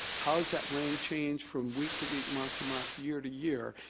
how's that rain change from week to week, month to month, year to year?